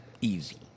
Easy